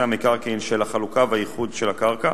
המקרקעין של החלוקה והאיחוד של הקרקע,